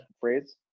phrase